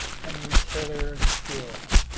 henry taylor gill.